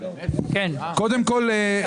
קודם כל,